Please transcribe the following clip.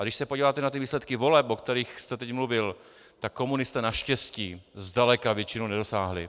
Když se podíváte na výsledky voleb, o kterých jste teď mluvil, tak komunisté naštěstí zdaleka většinu nedosáhli.